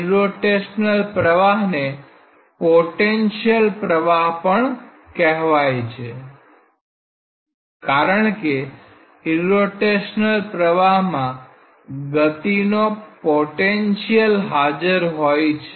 irrotational પ્રવાહને potential પ્રવાહ પણ કહેવાય છે કારણ કે ઇરરોટેશનલ પ્રવાહમાં ગતિ નો પોટેન્શિયલ હાજર હોય છે